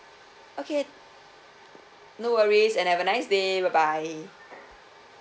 okay no worries and have a nice day bye bye